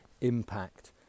impact